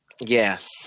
yes